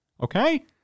okay